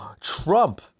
Trump